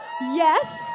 Yes